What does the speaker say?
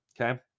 Okay